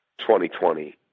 2020